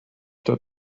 that